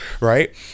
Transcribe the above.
right